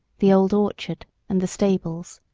the old orchard, and the stables.